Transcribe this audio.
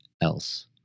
else